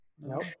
No